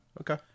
Okay